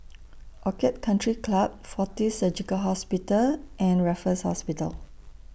Orchid Country Club Fortis Surgical Hospital and Raffles Hospital